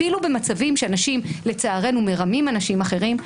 אפילו במצבים שאנשים לצערי מרמים אנשים אחרים,